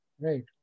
Right